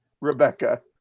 Rebecca